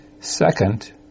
Second